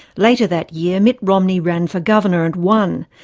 later that year, mitt romney ran for governor and won,